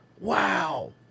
Wow